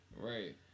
Right